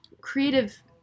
creative